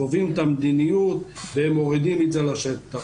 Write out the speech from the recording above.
אנחנו קובעים את המדיניות ומורידים את זה לשטח.